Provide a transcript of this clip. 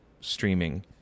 streaming